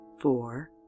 four